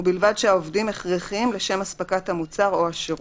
ובלבד שהעובדים הכרחיים לשם אספקת המוצר או השירות,